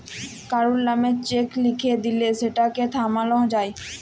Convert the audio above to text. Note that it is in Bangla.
কারুর লামে চ্যাক লিখে দিঁলে সেটকে থামালো যায়